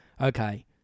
okay